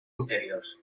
interiors